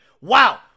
Wow